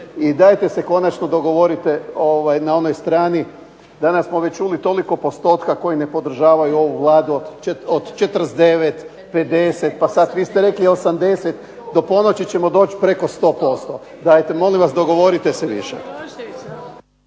I dajte se konačno dogovorite na onoj strani, danas smo već čuli toliko postotka koji ne podržavaju ovu Vladu, od 49, 50, pa sad vi ste rekli 80, do ponoći ćemo doći preko 100%. Dajte molim vas, dogovorite se više.